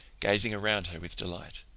gazing around her with delight.